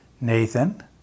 nathan